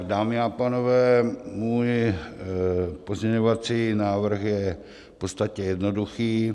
Dámy a pánové, můj pozměňovací návrh je v podstatě jednoduchý.